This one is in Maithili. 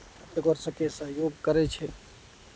एकर सबके सहयोग करै छै